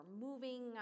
moving